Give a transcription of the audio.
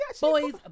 Boys